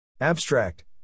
Abstract